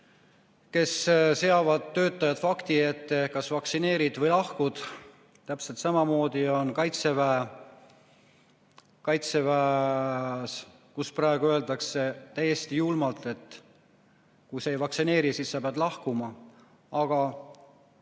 kes seavad töötajad fakti ette: kas vaktsineerid või lahkud. Täpselt samamoodi on Kaitseväes, kus praegu öeldakse täiesti julmalt, et kui sa ei vaktsineeri, siis sa pead lahkuma. Aga